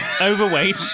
Overweight